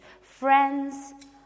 friends